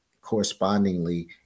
correspondingly